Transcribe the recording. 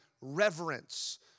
reverence